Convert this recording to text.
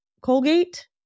Colgate